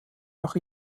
nach